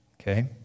okay